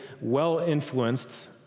well-influenced